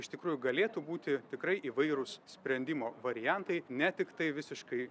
iš tikrųjų galėtų būti tikrai įvairūs sprendimo variantai ne tiktai visiškai